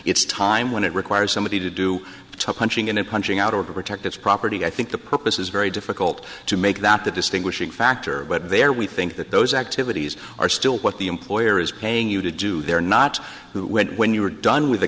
its time when it requires somebody to do the tough punching in and punching out or protect its property i think the purpose is very difficult to make that the distinguishing factor but there we think that those activities are still what the employer is paying you to do they're not who went when you were done with the